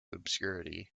obscurity